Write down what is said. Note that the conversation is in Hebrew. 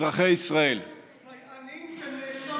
אזרחי ישראל, סייענים של נאשם